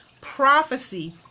prophecy